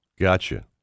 Gotcha